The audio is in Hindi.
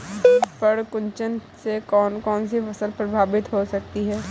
पर्ण कुंचन से कौन कौन सी फसल प्रभावित हो सकती है?